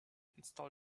install